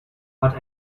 but